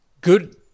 Good